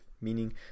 meaning